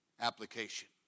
application